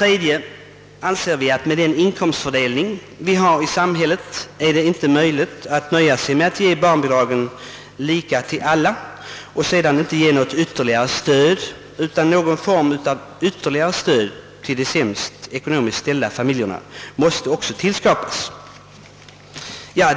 Vi anser att det med den inkomstfördelning som råder i samhället inte är möjligt att nöja sig med att ge samma barnbidrag till alla barnfamiljer, utan vi anser att någon form av ytterligare stöd åt de ekonomiskt sämst ställda familjerna bör genomföras. Detta